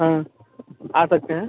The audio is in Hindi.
हाँ आ सकते हैं